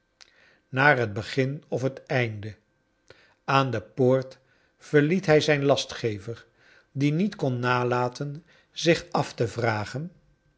naar het begin of het einde aan de poort verliet hij zijn lastgever die niet kon nalaten zich af te vragen